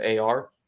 AR